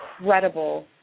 incredible